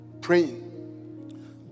praying